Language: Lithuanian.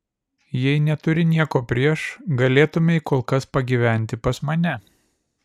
jei neturi nieko prieš galėtumei kol kas pagyventi pas mane